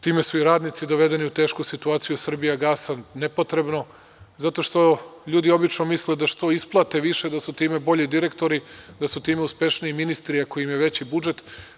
Time su i radnici dovedeni u tešku situaciju „Srbijagasa“ nepotrebno, zato što ljudi obično misle da što isplate više da su time bolji direktori, da su time uspešniji ministri ako imaju veći budžet.